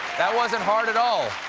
that wasn't hard at all.